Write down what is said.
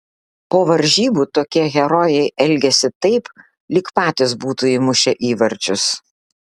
po varžybų tokie herojai elgiasi taip lyg patys būtų įmušę įvarčius